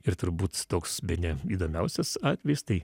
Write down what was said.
ir turbūt toks bene įdomiausias atvejis tai